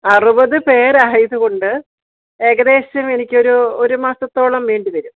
അറുപത് പേർ ആയതുകൊണ്ട് ഏകദേശം എനിക്കൊരു ഒരു മാസത്തോളം വേണ്ടിവരും